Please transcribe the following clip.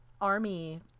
army